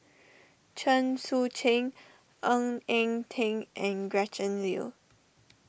Chen Sucheng Ng Eng Teng and Gretchen Liu